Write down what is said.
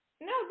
No